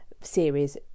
series